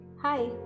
Hi